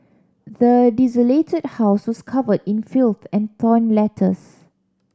the desolated house was covered in filth and torn letters